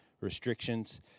restrictions